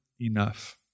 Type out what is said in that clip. enough